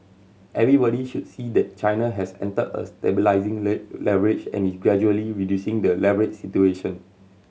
everybody should see that China has entered a stabilising leverage and is gradually reducing the leverage situation